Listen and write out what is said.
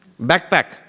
Backpack